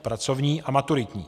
Pracovní a maturitní.